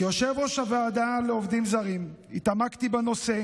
כיושב-ראש הוועדה לעובדים זרים התעמקתי בנושא